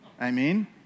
Amen